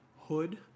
hood